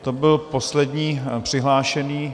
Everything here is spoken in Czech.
To byl poslední přihlášený...